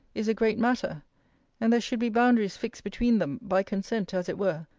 is a great matter and there should be boundaries fixed between them, by consent as it were,